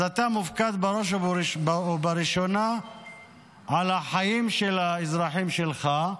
אז אתה מופקד בראש ובראשונה על החיים של האזרחים שלך,